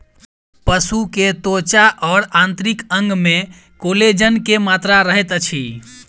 पशु के त्वचा और आंतरिक अंग में कोलेजन के मात्रा रहैत अछि